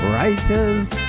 Writers